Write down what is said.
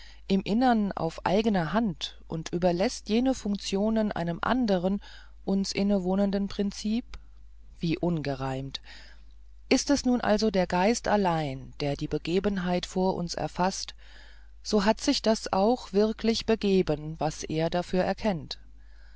im innern auf eigne hand und überläßt jene funktionen einem andern uns inwohnenden prinzip wie ungereimt ist es nun also der geist allein der die begebenheit vor uns erfaßt so hat sich das auch wirklich begeben was er dafür anerkennt